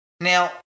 Now